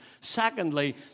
Secondly